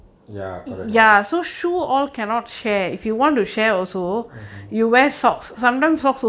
ya correct lah mm mm